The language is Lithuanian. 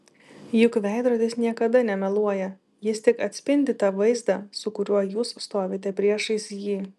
juk veidrodis niekada nemeluoja jis tik atspindi tą vaizdą su kuriuo jūs stovite priešais jį